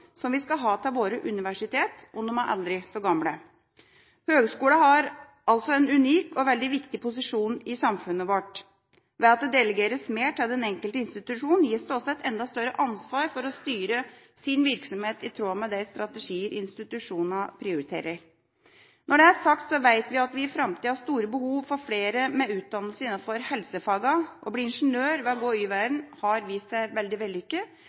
som vi skal ha til våre universiteter, om de er aldri så gamle. Høyskolene har altså en unik og veldig viktig posisjon i samfunnet vårt. Ved at det delegeres mer til den enkelte institusjon, gis det også et enda større ansvar for å styre sin virksomhet i tråd med de strategier institusjonen prioriterer. Når det er sagt, vet vi at vi i framtida vil få stort behov for flere med utdannelse innenfor helsefagene. Å bli ingeniør ved å gå Y-veien har vist seg veldig vellykket,